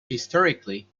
historically